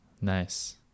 nice